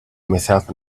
myself